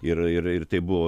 ir ir ir tai buvo